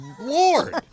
Lord